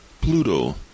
Pluto